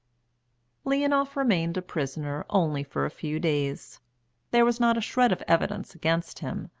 leonoff remained a prisoner only for a few days there was not a shred of evidence against him,